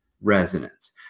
resonance